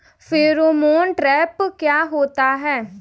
Pheromone trap क्या होता है?